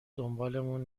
دنبالمون